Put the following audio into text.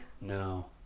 No